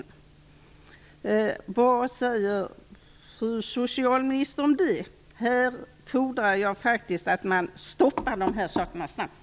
Vad säger fru socialminister om det? Jag fordrar faktiskt att detta stoppas snabbt.